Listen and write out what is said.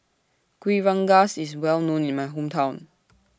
Kuih IS Well known in My Hometown